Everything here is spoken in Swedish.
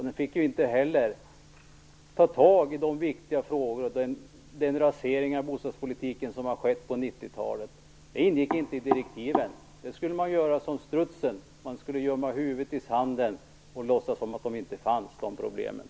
Den fick ju inte ta tag i de viktiga frågorna och i det raserande av bostadspolitiken som skett under 90-talet. Det ingick inte i direktiven. Man skulle göra som strutsen, dvs. gömma huvudet i sanden och låtsas att de här problemen inte fanns.